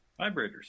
vibrators